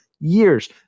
years